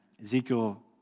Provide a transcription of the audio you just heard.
Ezekiel